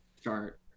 start